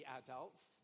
adults